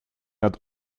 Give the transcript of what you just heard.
над